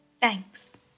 thanks